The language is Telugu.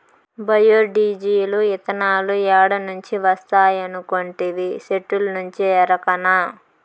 బయో డీజిలు, ఇతనాలు ఏడ నుంచి వస్తాయనుకొంటివి, సెట్టుల్నుంచే ఎరకనా